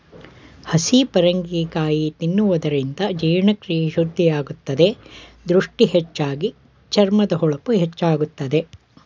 ಹಸಿ ಪರಂಗಿ ಕಾಯಿ ತಿನ್ನುವುದರಿಂದ ಜೀರ್ಣಕ್ರಿಯೆ ಶುದ್ಧಿಯಾಗುತ್ತದೆ, ದೃಷ್ಟಿ ಹೆಚ್ಚಾಗಿ, ಚರ್ಮದ ಹೊಳಪು ಹೆಚ್ಚಾಗುತ್ತದೆ